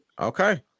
okay